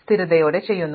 സ്ഥിരതയോടെ ചെയ്തു